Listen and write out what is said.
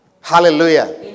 Hallelujah